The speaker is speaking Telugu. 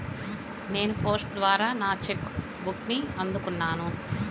నేను పోస్ట్ ద్వారా నా చెక్ బుక్ని అందుకున్నాను